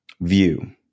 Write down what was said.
view